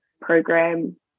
program